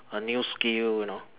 a new skill you know